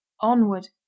onward